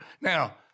now